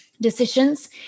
decisions